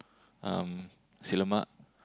um Nasi-Lemak